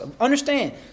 understand